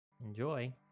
Enjoy